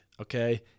okay